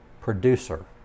producer